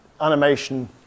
animation